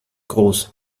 groß